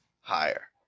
Higher